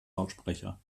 lautsprecher